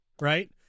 right